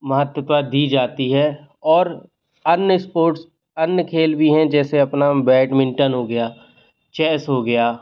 महत्वता दी जाती है और अन्य स्पोर्ट्स अन्य खेल भी हैं जैसे अपना बैडमिंटन हो गया चेस हो गया